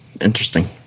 Interesting